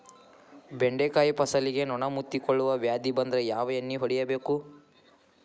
ಬೆಂಡೆಕಾಯ ಫಸಲಿಗೆ ನೊಣ ಮುತ್ತಿಕೊಳ್ಳುವ ವ್ಯಾಧಿ ಬಂದ್ರ ಯಾವ ಎಣ್ಣಿ ಹೊಡಿಯಬೇಕು?